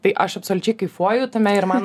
tai aš absoliučiai kaifuoju tame ir man